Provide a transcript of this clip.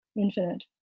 infinite